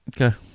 Okay